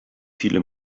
viele